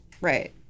Right